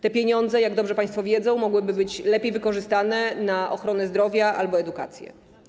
Te pieniądze, jak dobrze państwo wiedzą, mogłyby być lepiej wykorzystane, na ochronę zdrowia albo edukację.